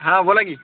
हा बोला की